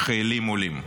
חיילים עולים.